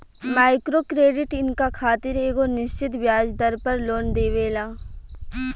micro credit इनका खातिर एगो निश्चित ब्याज दर पर लोन देवेला